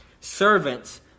servants